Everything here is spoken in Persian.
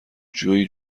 جویی